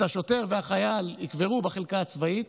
ואת השוטר ואת החייל יקברו בחלקה הצבאית,